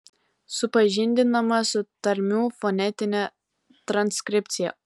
supažindinama su tarmių fonetine transkripcija